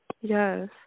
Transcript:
Yes